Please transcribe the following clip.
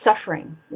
suffering